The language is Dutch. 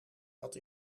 dat